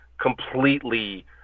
completely